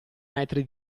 metri